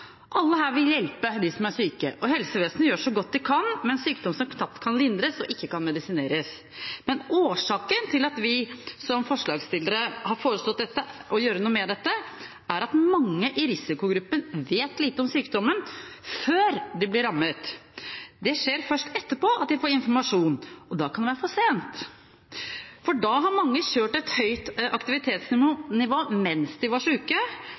Alle her vil hjelpe de som er syke, og helsevesenet gjør så godt de kan med en sykdom som knapt kan lindres, og som ikke kan medisineres. Men årsaken til at vi, som forslagsstillere, har foreslått å gjøre noe med dette, er at mange i risikogruppen vet lite om sykdommen før de blir rammet. Det skjer først etterpå, at de får informasjon, og da kan det være for sent, for da har mange kjørt et høyt aktivitetsnivå mens de var